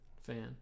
fan